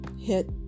hit